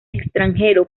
extranjero